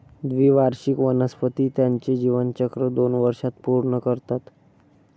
द्विवार्षिक वनस्पती त्यांचे जीवनचक्र दोन वर्षांत पूर्ण करतात